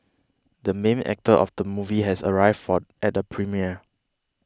the main actor of the movie has arrived for at the premiere